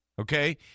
Okay